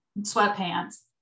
sweatpants